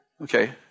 Okay